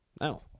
no